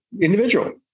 individual